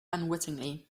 unwittingly